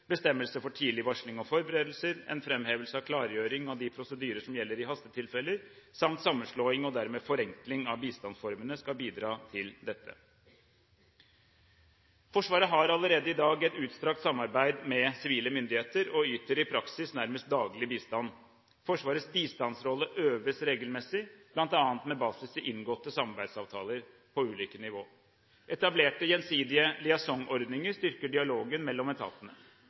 for tidlig varsling og forberedelser, en framhevelse av klargjøring av de prosedyrer som gjelder i hastetilfeller, samt sammenslåing og dermed en forenkling av bistandsformene skal bidra til dette. Forsvaret har allerede i dag et utstrakt samarbeid med sivile myndigheter og yter i praksis nærmest daglig bistand. Forsvarets bistandsrolle øves regelmessig, bl.a. med basis i inngåtte samarbeidsavtaler på ulike nivåer. Etablerte, gjensidige liaisonordninger styrker dialogen mellom etatene.